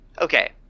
okay